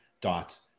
dot